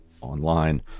online